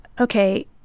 okay